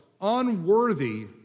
unworthy